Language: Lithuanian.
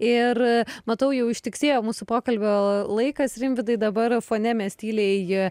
ir matau jau ištiksėjo mūsų pokalbio laikas rimvydai dabar fone mes tyliai